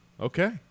Okay